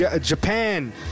Japan